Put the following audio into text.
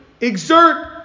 exert